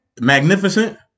Magnificent